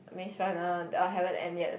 Maze-Runner orh haven't end yet